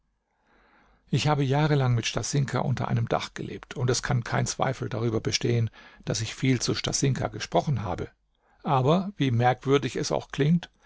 ich habe jahrelang mit stasinka unter einem dach gelebt und es kann kein zweifel darüber bestehen daß ich viel zu stasinka gesprochen habe aber wie merkwürdig es auch klingt